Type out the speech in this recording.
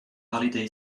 holiday